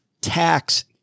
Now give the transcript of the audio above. tax